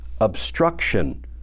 obstruction